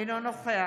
אינו נוכח